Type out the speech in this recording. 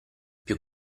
più